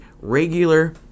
regular